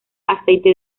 aceite